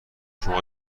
شما